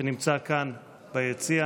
שנמצא כאן ביציע.